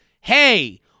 hey